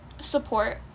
support